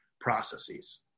processes